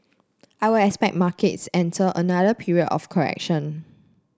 I would expect markets enter another period of correction